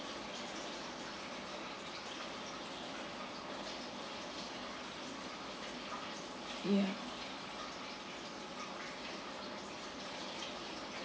ya